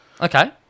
Okay